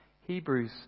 Hebrews